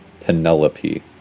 Penelope